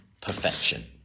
perfection